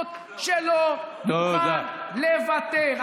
ונדידות שלא מוכן לוותר.